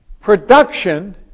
Production